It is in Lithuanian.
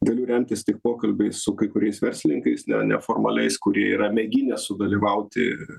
galiu remtis tik pokalbiais su kai kuriais verslininkais neformaliais kurie yra mėginę sudalyvauti